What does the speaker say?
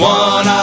one